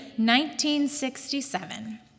1967